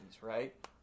right